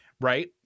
Right